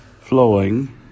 flowing